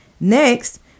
next